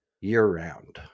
year-round